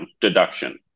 deduction